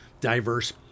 diverse